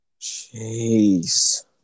Jeez